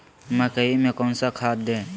मकई में कौन सा खाद दे?